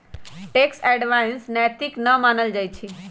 tax avoidance नैतिक न मानल जाइ छइ